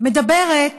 מדברת